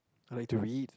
I like to read